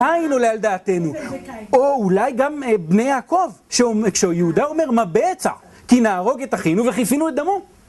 ודאי לא עולה על דעתנו. או אולי גם בני יעקב, כשהוא יהודה אומר מה בעצר, כי נהרוג את אחינו וכיסינו את דמו.